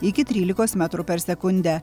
iki trylikos metrų per sekundę